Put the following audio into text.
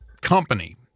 company